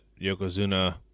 Yokozuna